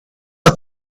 the